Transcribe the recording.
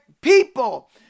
people